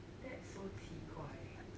that's so 奇怪